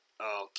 Okay